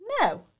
No